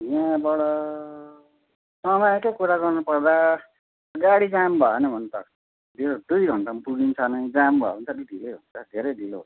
यहाँबाट समयकै कुरा गर्नुपर्दा गाडी जाम भएन भने त डेढ दुई घन्टामा पुगिन्छ नै जाम भयो भने चाहिँ अलिक ढिलै हुन्छ धेरै ढिलो हुन्छ